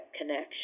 connection